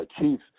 chief